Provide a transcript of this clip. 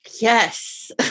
Yes